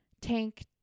tank